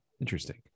interesting